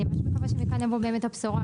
אני פשוט מקווה שמכאן תבוא הבשורה,